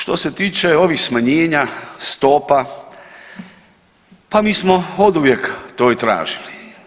Što se tiče ovih smanjenja stopa, pa mi smo oduvijek to i tražili.